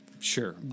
Sure